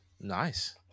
Nice